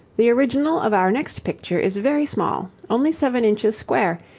the original of our next picture is very small, only seven inches square,